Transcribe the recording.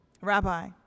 Rabbi